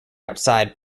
outside